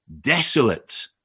desolate